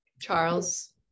Charles